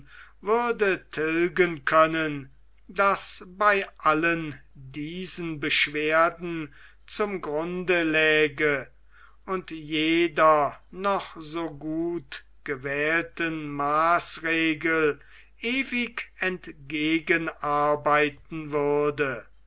würde tilgen können das bei allen diesen beschwerden zum grunde läge und jeder noch so gut gewählten maßregel ewig entgegenarbeiten würde